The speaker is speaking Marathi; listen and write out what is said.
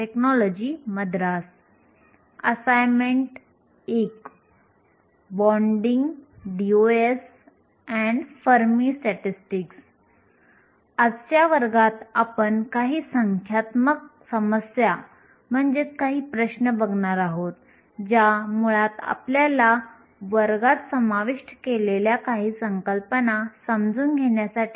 शेवटच्या वर्गामध्ये आपण 2 महत्वाच्या संकल्पना पाहिल्या आहेत